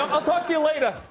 i'll talk to you later.